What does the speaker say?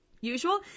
usual